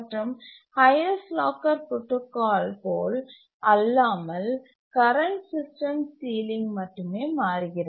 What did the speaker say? மற்றும் highest locker protocol போல் அல்லாமல் கரண்ட் சிஸ்டம் சீலிங் மட்டுமே மாறுகிறது